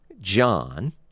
John